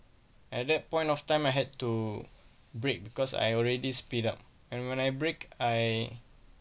at that point of time I had to break because I already speed up and when I break I